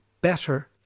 better